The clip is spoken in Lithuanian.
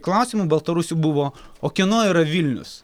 klausimų baltarusių buvo o kieno yra vilnius